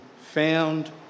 found